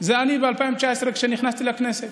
זה אני, ב-2019, כשנכנסתי לכנסת.